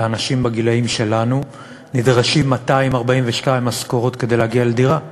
לאנשים בגילים שלנו נדרשות 242 משכורות כדי להגיע לדירה.